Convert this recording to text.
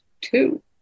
two